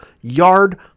yard